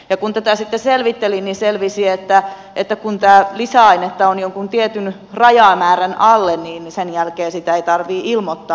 ja kun tätä sitten selvittelin niin selvisi että kun tätä lisäainetta on jonkun tietyn rajamäärän alle niin sen jälkeen sitä ei tarvitse ilmoittaa